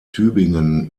tübingen